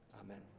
amen